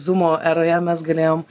zūmo eroje mes galėjom